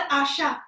asha